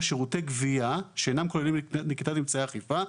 שירותי גבייה שאינם כוללים נקיטת אמצעי אכיפה.